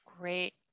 Great